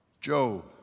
Job